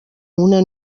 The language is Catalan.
una